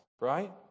right